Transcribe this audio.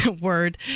Word